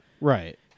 Right